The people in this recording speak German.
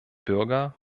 bürger